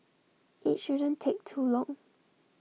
IT shouldn't take too long